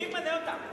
מי ממנה אותם?